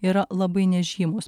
yra labai nežymūs